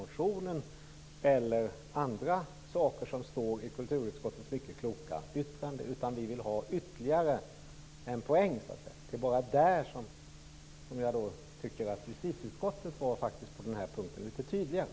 Det räcker inte heller med de andra saker som står i kulturutskottets mycket kloka yttrande. Vi vill ha ytterligare en poäng. Det är bara på den punkten som jag tycker att man i justitieutskottet faktiskt var litet tydligare.